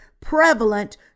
prevalent